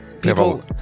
people